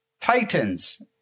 Titans